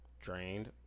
drained